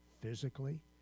physically